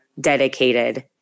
dedicated